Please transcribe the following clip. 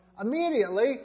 Immediately